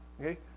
Okay